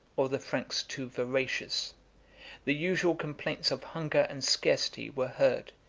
or the franks too voracious the usual complaints of hunger and scarcity were heard,